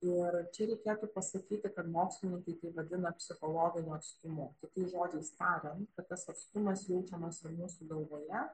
ir čia reikėtų pasakyti kad mokslininkai tai vadina psichologiniu atstumu kitais žodžiais tariant kad tas atstumas jaučiamas ir mūsų galvoje